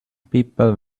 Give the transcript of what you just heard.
people